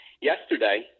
yesterday